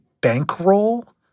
bankroll